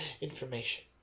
information